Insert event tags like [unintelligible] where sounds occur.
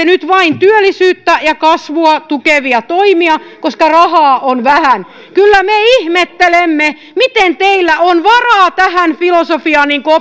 [unintelligible] nyt vain työllisyyttä ja kasvua tukevia toimia koska rahaa on vähän kyllä me ihmettelemme miten teillä on varaa tähän filosofiaan niin kuin [unintelligible]